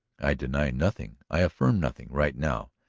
i deny nothing, i affirm nothing right now.